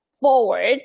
forward